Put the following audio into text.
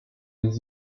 les